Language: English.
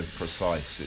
precise